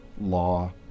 law